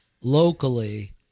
locally